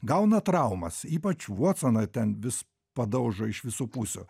gauna traumas ypač votsoną ten vis padaužo iš visų pusių